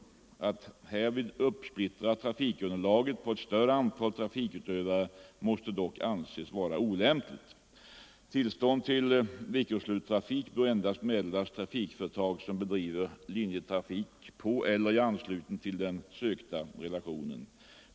Att härvid uppsplittra trafikunderlaget på ett större antal trafikutövare måste dock anses vara olämpligt. Tillstånd till veckoslutstrafik bör endast meddelas trafikföretag som bedriver linjetrafik på eller i anslutning till den sökta relationen.